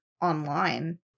online